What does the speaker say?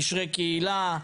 קשרי קהילה.